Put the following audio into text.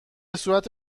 صورت